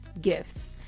gifts